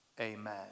amen